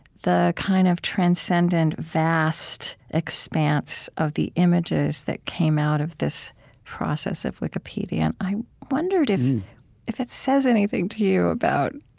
the kind of transcendent, vast expanse of the images that came out of this process of wikipedia. and i wondered if if it says anything to you about